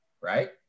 right